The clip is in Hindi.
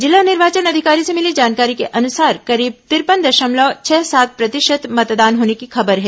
जिला निर्वाचन अधिकारी से भिली जानकारी के अनुसार करीब तिरपन दशमलव छह सात प्रतिशत मतदान होने की खबर है